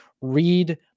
read